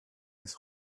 his